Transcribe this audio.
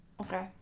Okay